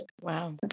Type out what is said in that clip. wow